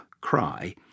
cry